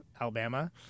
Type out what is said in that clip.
Alabama